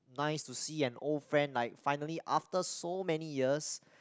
nice to see an old friend like finally after so many years